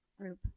group